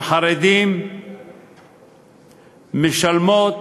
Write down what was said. חרדים משלמות